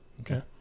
Okay